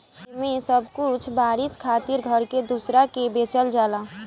एमे बस कुछ बरिस खातिर घर के दूसरा के बेचल जाला